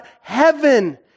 heaven